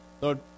Lord